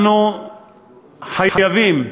אנחנו חייבים,